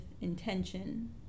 intention